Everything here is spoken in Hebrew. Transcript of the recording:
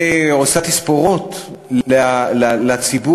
ועושה תספורות לציבור,